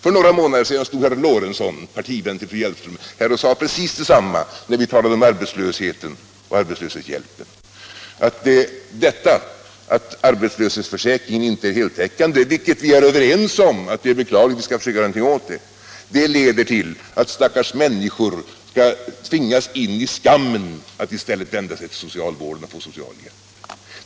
För några månader sedan stod herr Lorentzon, partivän till fröken Hjelmström, och sade precis detsamma när vi talade om arbetslösheten och arbetslöshetshjälpen: att det förhållandet att arbetslöshetsförsäkringen inte är heltäckande — vilket vi är överens om är beklagligt och skall försöka göra någonting åt — leder till att stackars människor skall tvingas ta skammen att i stället vända sig till socialvården och få socialhjälp.